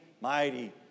mighty